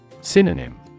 Synonym